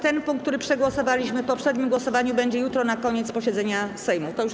Ten punkt, który przegłosowaliśmy w poprzednim głosowaniu, będzie rozpatrywany jutro na koniec posiedzenia Sejmu.